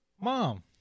mom